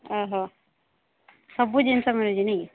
ଓ ହୋ ସବୁ ଜିନିଷ ମିଳୁଛି ନାଇଁ କି